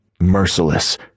Merciless